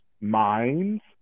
minds